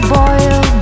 boil